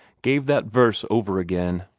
gave that verse over again.